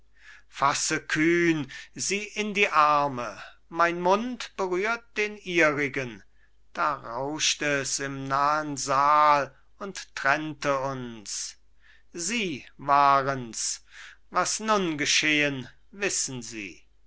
fasse kühn sie in die arme mein mund berührt den ihrigen da rauscht es im nahen saal und trennte uns sie warens was nun geschehen wissen sie